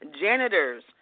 janitors